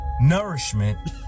nourishment